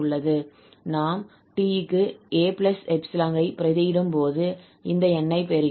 நாம் 𝑡 க்கு 𝑎 𝜖 ஐ பிரதியிடும் போது இந்த எண்ணை பெறுகிறோம்